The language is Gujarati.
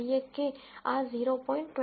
22 છે તેવું કંઈક છે